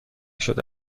شده